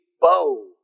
bow